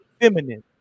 feminine